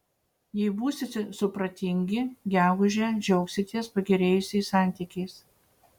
jei būsite supratingi gegužę džiaugsitės pagerėjusiais santykiais